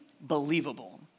believable